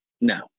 No